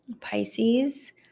Pisces